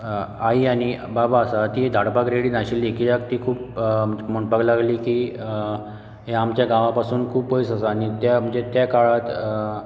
आई आनी बाबा आसा तीं धाडपाक रेडी नाशिल्लीं कित्याक तीं खूब म्हणपाक लागलीं की हें आमच्या गांवां पासून खूब पयस आसा आनी ते म्हणजे त्या काळांत